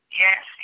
yes